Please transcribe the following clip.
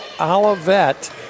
Olivet